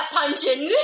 punching